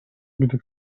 gdy